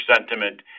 sentiment